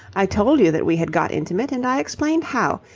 i told you that we had got intimate, and i explained how.